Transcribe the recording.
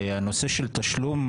הנושא של תשלום,